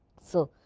so,